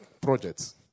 projects